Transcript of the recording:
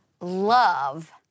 love